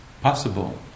possible